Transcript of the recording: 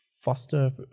foster